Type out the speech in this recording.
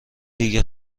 دیگه